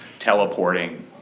teleporting